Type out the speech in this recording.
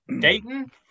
Dayton